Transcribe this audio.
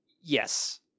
yes